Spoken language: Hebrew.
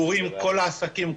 כל העסקים,